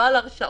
לא על הרשעות